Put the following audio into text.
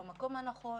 במקום הנכון,